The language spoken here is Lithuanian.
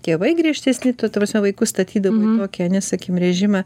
tėvai griežtesni tuo ta prasme vaikus statydavo į tokį ane sakykim režimą